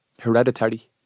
Hereditary